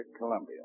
Columbia